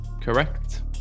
Correct